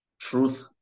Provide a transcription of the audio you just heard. Truth